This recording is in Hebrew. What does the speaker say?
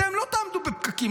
אתם לא תעמדו בפקקים.